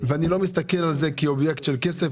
ואני לא מסתכל על זה כאובייקט של כסף,